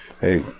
Hey